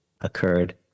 occurred